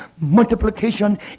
multiplication